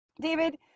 David